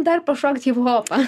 dar pašokt hiphopą